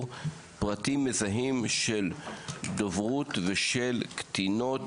פרטים מזהים של דוברות ושל קטינות,